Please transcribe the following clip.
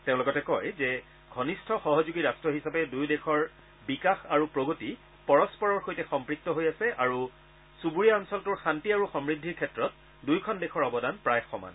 তেওঁ লগতে কয় যে ঘনিষ্ঠ সহযোগী ৰাট্ট হিচাপে দুয়ো দেশৰ বিকাশ আৰু প্ৰগতি পৰস্পৰৰ সৈতে সংপক্ত হৈ আছে আৰু চুবুৰীয়া অঞ্চলটোৰ শান্তি আৰু সমৃদ্ধিৰ ক্ষেত্ৰত দুয়োখন দেশৰ অৱদান প্ৰায় সমান